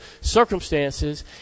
circumstances